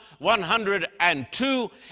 102